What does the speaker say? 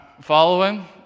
following